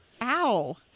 Ow